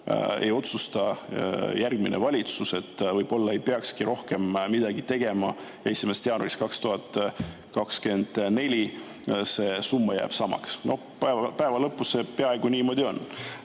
ei otsusta järgmine valitsus, et võib-olla ei peakski rohkem midagi tegema ja 1. jaanuarist 2024 see summa jääb samaks. Lõpuks see peaaegu niimoodi on.